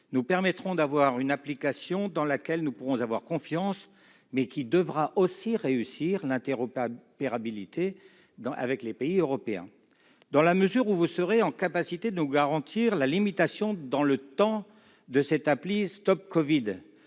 public-privé ont élaboré une application dans laquelle nous pourrons avoir confiance, mais qui permettra aussi l'interopérabilité avec les pays européens. Dans la mesure où vous serez en capacité de nous garantir la limitation dans le temps de l'usage de